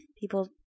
people